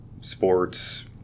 sports